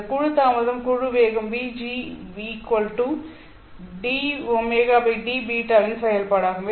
இந்த குழு தாமதம் குழு வேகம் vg vgdωdβ ன் செயல்பாடாகும்